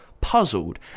puzzled